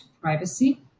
privacy